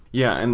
yeah, and